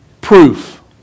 proof